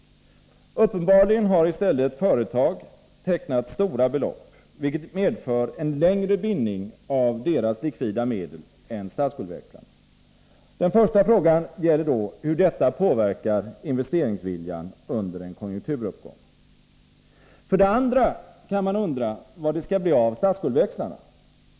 Uppenbarligen har i stället företag tecknat stora belopp, vilket medför en längre bindning av deras likvida medel än statsskuldväxlarna. Den första frågan gäller då hur detta påverkar investeringsviljan under en konjunkturuppgång. För det andra kan man undra vad det skall bli av statsskuldväxlarna.